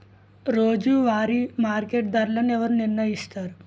రోజువారి మార్కెట్ ధరలను ఎవరు నిర్ణయిస్తారు?